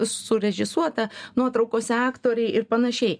surežisuota nuotraukose aktoriai ir panašiai